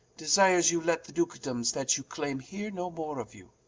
desires you let the dukedomes that you claime heare no more of you.